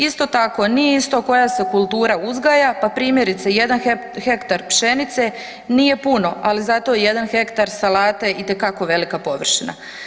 Isto tako, nije isto koja se kultura uzgaja, pa primjerice jedan hektar pšenice nije puno, ali zato je jedan hektar salate itekako velika površina.